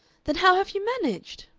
then how have you managed?